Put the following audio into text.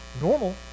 normal